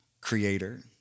creator